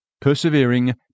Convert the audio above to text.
persevering